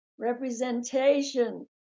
Representation